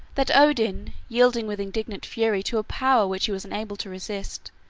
that odin, yielding with indignant fury to a power which he was unable to resist,